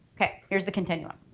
okay here's the continuum